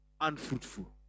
unfruitful